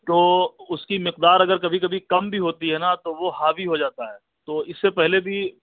تو اس کی مقدار اگر کبھی کبھی کم بھی ہوتی ہے نا تو وہ حاوی ہو جاتا ہے تو اس سے پہلے بھی